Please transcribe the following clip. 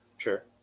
Sure